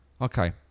okay